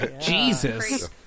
Jesus